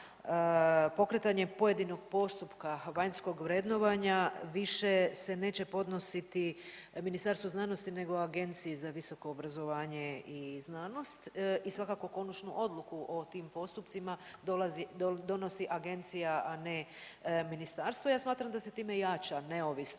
pokretanje pojedinog postupka vanjskog vrednovanja više se neće podnositi Ministarstvu znanosti, nego Agenciji za visoko obrazovanje i znanost. I svakako konačnu odluku o tim postupcima donosi Agencija a ne ministarstvo. Ja smatram da se time jača neovisnost,